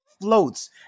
floats